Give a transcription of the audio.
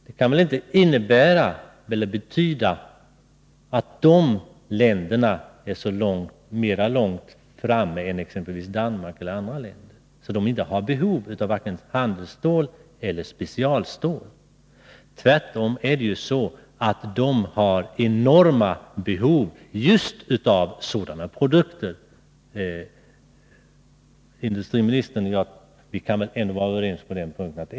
Det betyder inte att de länderna har kommit så mycket längre än exempelvis Danmark eller andra länder att de inte har behov av vare sig handelsstål eller specialstål. Tvärtom har de östeuropeiska länderna enorma behov just av sådana produkter. Industriministern och jag borde ändå kunna vara överens om detta.